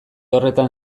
horretan